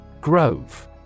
Grove